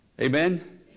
Amen